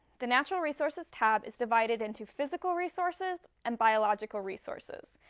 the natural resources tab is divided into physical resources and biological resources.